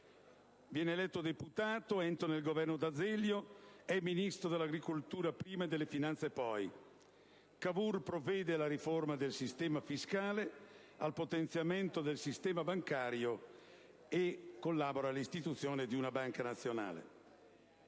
fu eletto deputato, entra nel Governo D'Azeglio come Ministro dell'agricoltura prima e delle finanze poi. Cavour provvede a rinnovare il sistema fiscale, a potenziare il sistema bancario e collabora all'istituzione di una banca nazionale.